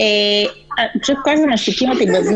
כל הזמן משתיקים אותי.